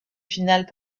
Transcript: finale